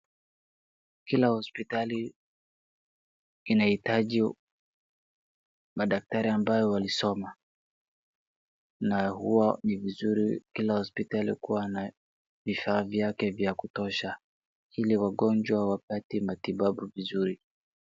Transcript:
Kila hospitali inahitaji madaktari ambao walisoma. Na huwa ni vizuri kila hospitali kuwa na bidhaa vyake vya kutosha ili wagonjwa wapate matibabu vizuri.